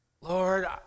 Lord